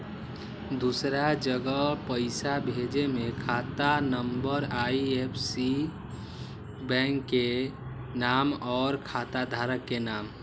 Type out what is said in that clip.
दूसरा जगह पईसा भेजे में खाता नं, आई.एफ.एस.सी, बैंक के नाम, और खाता धारक के नाम?